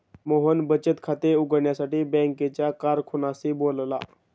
मोहन बचत खाते उघडण्यासाठी बँकेच्या कारकुनाशी बोलला